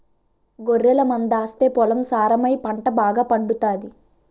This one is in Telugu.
గొర్రెల మందాస్తే పొలం సారమై పంట బాగాపండుతాది